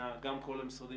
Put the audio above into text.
להגיע?